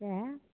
सएह